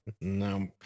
No